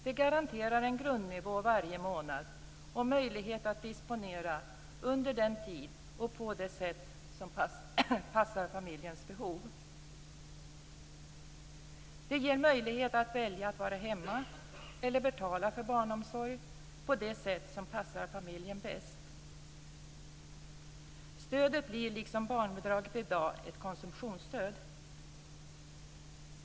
Det garanterar en grundnivå varje månad och möjlighet att disponera stödet under den tid och på det sätt som passar familjens behov. Det ger möjlighet att välja att vara hemma eller att betala för barnomsorg på det sätt som passar familjen bäst. Stödet blir liksom barnbidraget i dag ett konsumtionsstöd.